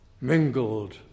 mingled